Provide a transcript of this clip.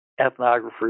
ethnographers